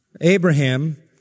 Abraham